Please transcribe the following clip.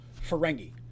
Ferengi